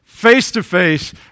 face-to-face